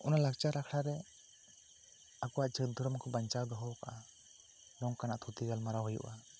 ᱚᱱᱟ ᱞᱟᱠᱪᱟᱨ ᱟᱠᱷᱲᱟ ᱨᱮ ᱟᱠᱚᱣᱟᱜ ᱡᱟᱹᱛ ᱫᱷᱚᱨᱚᱢ ᱠᱚ ᱵᱟᱧᱪᱟᱣ ᱫᱚᱦᱚ ᱟᱠᱟᱫᱼᱟ ᱱᱚᱝᱠᱟᱱᱟᱜ ᱛᱷᱩᱛᱤ ᱜᱟᱞᱢᱟᱨᱟᱣ ᱦᱩᱭᱩᱜᱼᱟ